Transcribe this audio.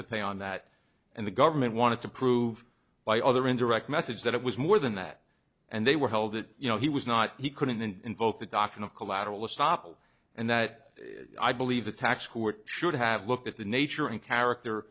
to pay on that and the government wanted to prove by other indirect methods that it was more than that and they were held that you know he was not he couldn't invoke the doctrine of collateral estoppel and that i believe the tax court should have looked at the nature and character